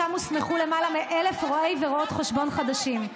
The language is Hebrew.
ושם הוסמכו למעלה מ-1,000 רואי ורואות חשבון חדשים.